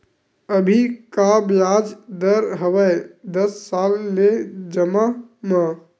अभी का ब्याज दर हवे दस साल ले जमा मा?